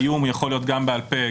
האיום יכול להיות גם בעל פה,